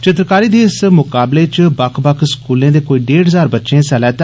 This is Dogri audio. चित्रकारी दे इस मुकाबले च बक्ख बक्ख स्कूलें दे कोई डेढ हजार बच्चें हिस्सा लैता